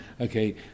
okay